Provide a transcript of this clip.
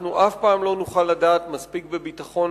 אנחנו אף פעם לא נוכל לדעת מראש בביטחון